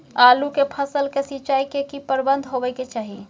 आलू के फसल के सिंचाई के की प्रबंध होबय के चाही?